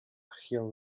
hill